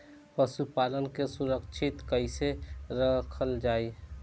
पशुपालन के सुरक्षित कैसे रखल जाई?